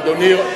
אדוני,